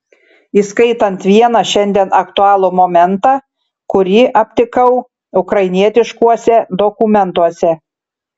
įskaitant vieną šiandien aktualų momentą kurį aptikau ukrainietiškuose dokumentuose